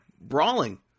brawling